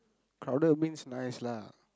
crowded means nice lah